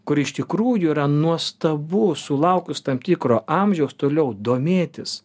kur iš tikrųjų yra nuostabu sulaukus tam tikro amžiaus toliau domėtis